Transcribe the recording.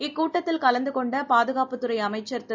இக்கூட்டத்தில் கலந்துகொண்டபாதுகாப்புத் துறைஅமைச்சர் திரு